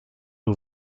nur